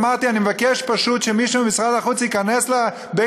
אמרתי: אני מבקש פשוט שמישהו ממשרד החוץ ייכנס לפרוטוקול